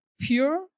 pure